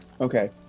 Okay